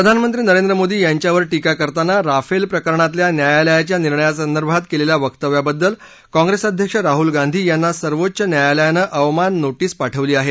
प्रधानमंत्री नरेंद्र मोदी यांच्यावर टीका करताना राफेल प्रकरणातल्या न्यायालयाच्या निर्णयासंदर्भात केलेल्या वक्तव्याबद्दल काँग्रेस अध्यक्ष राहुल गांधी यांना सर्वोच्च न्यायालयानं अवमान नोटिस पाठवली आहे